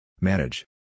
Manage